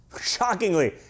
Shockingly